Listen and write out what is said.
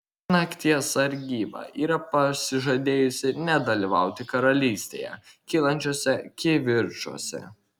nakties sargyba yra pasižadėjusi nedalyvauti karalystėje kylančiuose kivirčuose